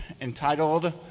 entitled